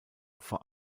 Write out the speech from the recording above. vor